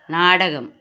നാടകം